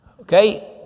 Okay